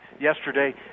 yesterday